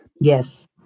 Yes